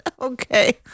okay